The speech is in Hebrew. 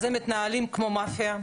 אז הם מתנהלים כמו מאפיה.